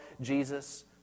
Jesus